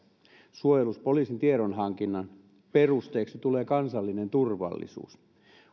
suojelupoliisin tiedonhankinnan perusteeksi tulee kansallinen turvallisuus